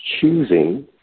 choosing